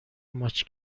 ماچ